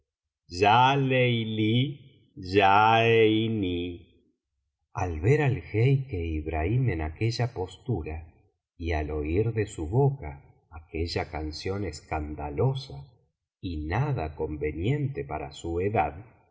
leilí ya einí al ver al jeique ibrahim en aquella postara y al oir de su boca aquella canción escandalosa y nada conveniente para su edad